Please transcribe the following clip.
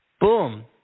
Boom